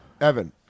Evan